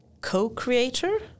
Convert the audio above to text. co-creator